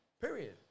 Period